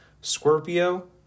Scorpio